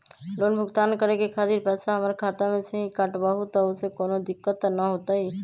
Loan भुगतान करे के खातिर पैसा हमर खाता में से ही काटबहु त ओसे कौनो दिक्कत त न होई न?